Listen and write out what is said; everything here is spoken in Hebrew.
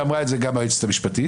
ואמרה את זה גם היועצת המשפטית.